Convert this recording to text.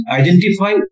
identify